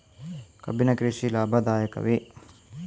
ಕಬ್ಬಿನ ಕೃಷಿ ಲಾಭದಾಯಕವೇ?